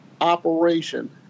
operation